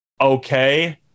okay